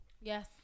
Yes